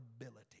ability